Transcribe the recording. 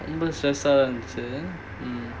ரொம்ப:romba stress ah இருந்துச்சி:irunthuchi mm